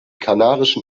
kanarischen